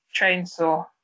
chainsaw